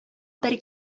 бер